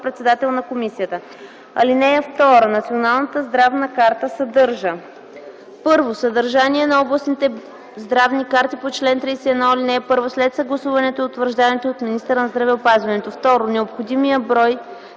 председател на комисията. (2) Националната здравна карта съдържа: 1. съдържанието на областните здравни карти по чл. 31, ал. 1 след съгласуването и утвърждаването им от министъра на здравеопазването; 2. необходимия брой